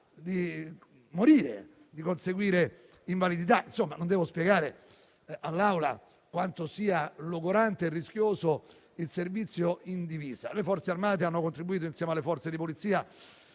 di morire e di conseguire invalidità; insomma non devo spiegare all'Assemblea quanto sia logorante e rischioso il servizio in divisa. Le Forze armate hanno contribuito insieme alle Forze di polizia,